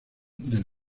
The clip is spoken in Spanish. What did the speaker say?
del